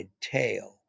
tail